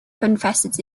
confesses